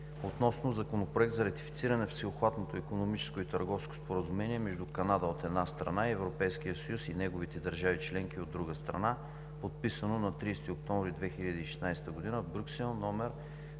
относно Законопроект за ратифициране на Всеобхватното икономическо и търговско споразумение между Канада, от една страна, и Европейския съюз и неговите държави членки, от друга страна, подписано на 30 октомври 2016 г. в Брюксел,